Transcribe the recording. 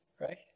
Right